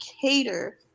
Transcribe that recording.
cater